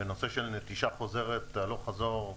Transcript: בנושא של נטישה חוזרת הלוך חזור.